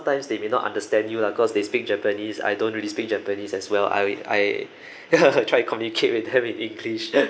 times they may not understand you lah cause they speak japanese I don't really speak japanese as well I I try to communicate with them in english